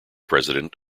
president